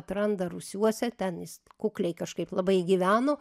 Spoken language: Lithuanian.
atranda rūsiuose ten jis kukliai kažkaip labai gyveno